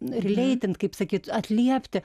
releitint kaip sakyt atliepti